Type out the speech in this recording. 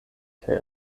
kaj